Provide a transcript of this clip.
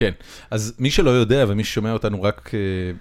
כן, אז מי שלא יודע ומי ששומע אותנו רק...